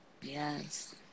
yes